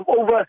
over